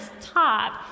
top